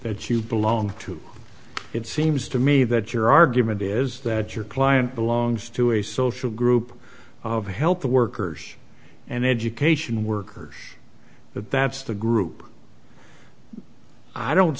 that you belong to it seems to me that your argument is that your client belongs to a social group of health workers and education workers but that's the group i don't